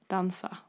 Dansa